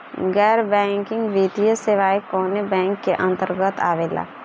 गैर बैंकिंग वित्तीय सेवाएं कोने बैंक के अन्तरगत आवेअला?